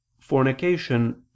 fornication